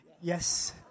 yes